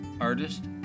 Artist